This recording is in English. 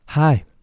Hi